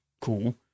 cool